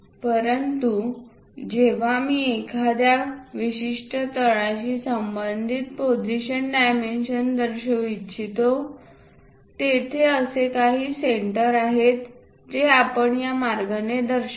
परंतु जेव्हा मी एखाद्या विशिष्ट तळाशी संबंधित पोझिशन डायमेन्शन दर्शवू इच्छितो तेथे असे काही सेंटर आहे जे आपण या मार्गाने दर्शवतो